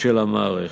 של המערכת.